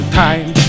time